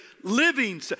living